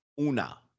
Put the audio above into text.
Una